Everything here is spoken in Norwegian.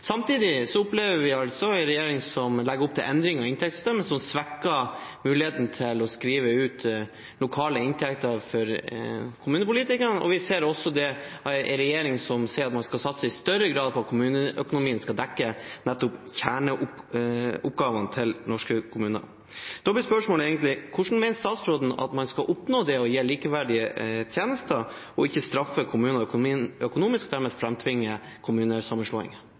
Samtidig opplever vi en regjering som legger opp til endringer i inntektssystemet, som svekker muligheten til å skrive ut lokale inntekter for kommunepolitikerne, og vi ser også at det er en regjering som sier at man i større grad skal satse på at kommuneøkonomien skal dekke nettopp kjerneoppgavene til norske kommuner. Da blir spørsmålet: Hvordan mener statsråden at man skal oppnå det å gi likeverdige tjenester, og ikke straffe kommuner økonomisk og